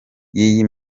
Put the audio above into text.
y’iyi